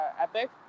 Epic